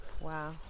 Wow